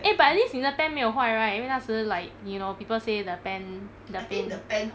eh but at least 你的 pen 没有坏 right 因为那时 like 你 know people say the pen the pen